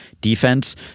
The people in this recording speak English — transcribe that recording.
defense